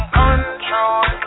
control